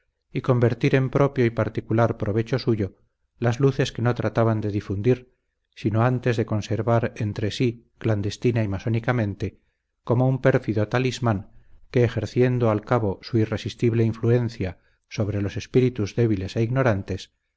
y convertir en propio y particular provecho suyo las luces que no trataban de difundir sino antes de conservar entre sí clandestina y masónicamente como un pérfido talismán que ejerciendo al cabo su irresistible influencia sobre los espíritus débiles e ignorantes